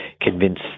convince